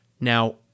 Now